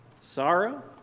sorrow